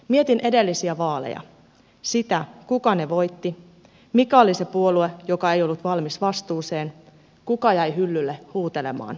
mietin edellisiä vaaleja sitä kuka ne voitti mikä oli se puolue joka ei ollut valmis vastuuseen kuka jäi hyllylle huutelemaan